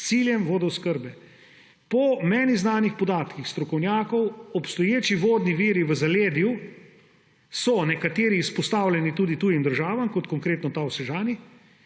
s ciljem vodooskrbe. Po meni znanih podatkih strokovnjakov so obstoječi vodni viri v zaledju nekateri izpostavljeni tudi tujim državam, kot konkretno ta v Sežani,